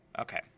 Okay